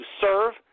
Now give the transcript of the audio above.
serve